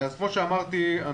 כמו שאמרתי,